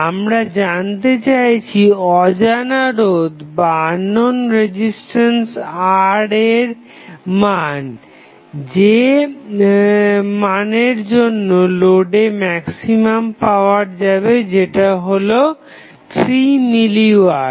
আমরা জানতে চাইছি অজানা রোধ R এর মান যে মানের জন্য লোডে ম্যাক্সিমাম পাওয়ার যাবে যেটা হলো 3 মিলি ওয়াট